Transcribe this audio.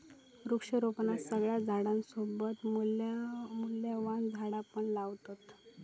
वृक्षारोपणात सगळ्या झाडांसोबत मूल्यवान झाडा पण लावतत